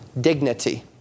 dignity